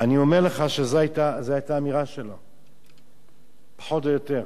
אני אומר לך שזו היתה האמירה שלו פחות או יותר.